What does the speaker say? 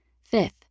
Fifth